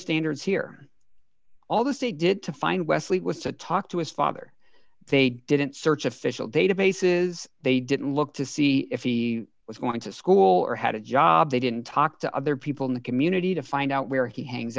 standards here all the state did to find wesley was to talk to his father they didn't search official databases they didn't look to see if he was going to school or had a job they didn't talk to other people in the community to find out where he hangs